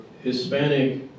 Hispanic